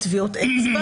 בלי טביעות אצבע,